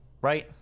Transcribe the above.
right